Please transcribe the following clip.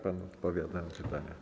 Pan odpowiada na pytania.